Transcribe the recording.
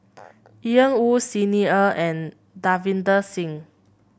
Ian Woo Xi Ni Er and Davinder Singh